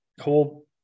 whole